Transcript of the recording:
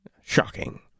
Shocking